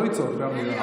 אבל לא לצעוק בעמידה.